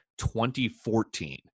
2014